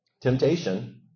Temptation